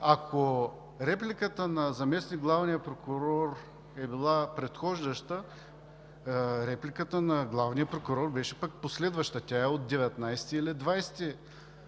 Ако репликата на заместник-главния прокурор е била предхождаща, репликата пък на главния прокурор беше последваща. Тя е от 19 или 20